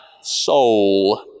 soul